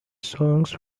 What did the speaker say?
songs